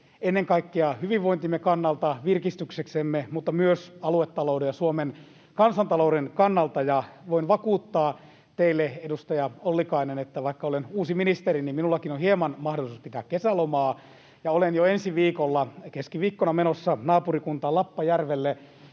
ennen kaikkea hyvinvointimme kannalta, virkistykseksemme kannalta mutta myös aluetalouden ja Suomen kansantalouden kannalta. Voin vakuuttaa teille, edustaja Ollikainen, että vaikka olen uusi ministeri, niin minullakin on hieman mahdollisuus pitää kesälomaa. Olen jo ensi viikolla keskiviikkona menossa naapurikuntaan Lappajärvelle